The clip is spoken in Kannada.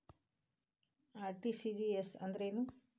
ಆರ್.ಟಿ.ಜಿ.ಎಸ್ ಅಂದ್ರೇನು?